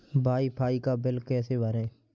Wi fi का bill कैसे भरें?